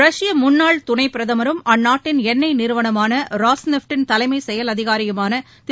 ரஷ்ப முன்னாள் துணைப்பிரதமரும் அந்நாட்டின் எண்ணெய் நிறுவனமான ராஸ்நெஃப்ட் டின் தலைமை செயல் அதிகாரிதிரு